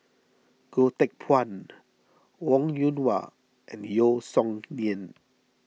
Goh Teck Phuan Wong Yoon Wah and Yeo Song Nian